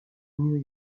new